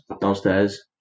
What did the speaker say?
downstairs